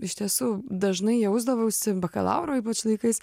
iš tiesų dažnai jausdavausi bakalauro laikais